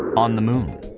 on the moon.